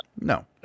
No